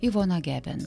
ivona geben